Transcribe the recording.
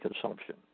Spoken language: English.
consumption